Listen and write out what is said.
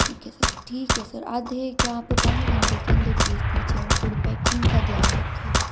ठीक है ठीक है सर आधे क्या आप को पौने घंटे के अंदर भेज दीजिए और थोड़ी पैकिंग का ध्यान रखिएगा